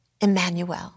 Emmanuel